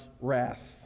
wrath